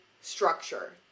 structure